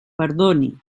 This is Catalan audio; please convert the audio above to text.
perdoni